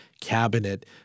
cabinet